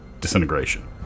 disintegration